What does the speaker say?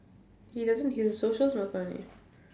he doesn't he's a social smoker only